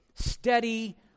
steady